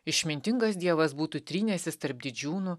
išmintingas dievas būtų trynęsis tarp didžiūnų